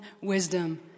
wisdom